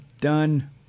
done